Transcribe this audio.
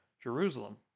Jerusalem